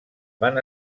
van